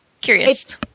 curious